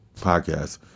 podcast